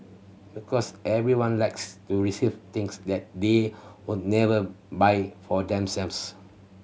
because everyone likes to receive things that they would never buy for themselves